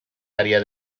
área